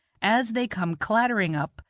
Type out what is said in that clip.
as they come clattering up,